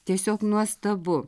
tiesiog nuostabu